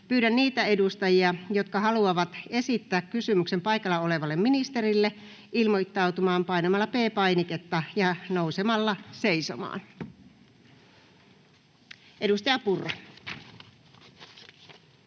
Pyydän niitä edustajia, jotka haluavat esittää kysymyksen paikalla olevalle ministerille, ilmoittautumaan painamalla P-painiketta ja nousemalla seisomaan. Edustaja Purra.